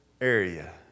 area